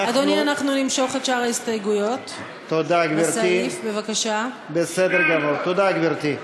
חברי הכנסת, הסתייגות מס' 8: 38 בעדה,